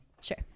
sure